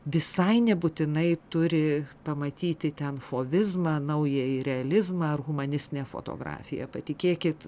visai nebūtinai turi pamatyti ten fovizmą naująjį realizmą ar humanistinę fotografiją patikėkit